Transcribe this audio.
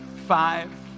five